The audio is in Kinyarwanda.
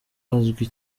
azwi